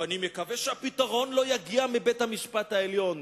ואני מקווה שהפתרון לא יגיע מבית-המשפט העליון,